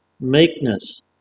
meekness